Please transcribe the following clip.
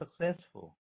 successful